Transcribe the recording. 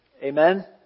Amen